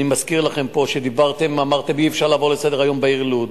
אני מזכיר לכם פה שדיברתם ואמרתם: אי-אפשר לעבור לסדר-היום בעיר לוד.